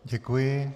Děkuji.